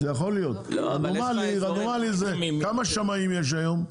כמה שמאים יש היום?